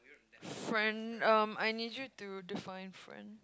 friend um I need you to define friend